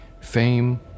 Fame